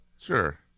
Sure